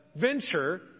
venture